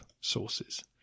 sources